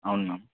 అవును మ్యామ్